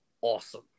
awesome